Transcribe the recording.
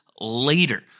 later